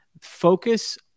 focus